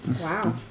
Wow